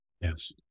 Yes